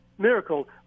miracle